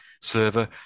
server